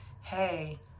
hey